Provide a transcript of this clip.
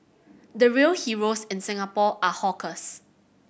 the real heroes in Singapore are hawkers